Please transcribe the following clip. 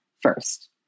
first